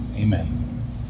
Amen